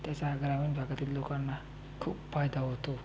त्याचा ग्रामीन भागातील लोकांना खूप पायदा ओतो